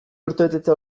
urtebetetzea